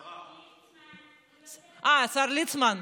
ליצמן,